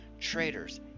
traitors